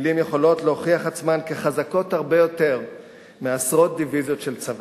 מלים יכולות להוכיח עצמן כחזקות הרבה יותר מעשרות דיוויזיות של צבא.